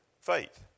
Faith